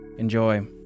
Enjoy